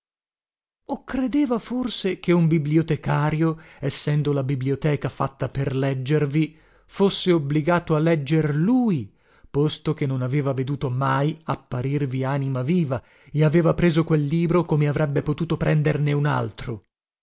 credeva forse che un bibliotecario essendo la biblioteca fatta per leggervi fosse obbligato a legger lui posto che non aveva veduto mai apparirvi anima viva e aveva preso quel libro come avrebbe potuto prenderne un altro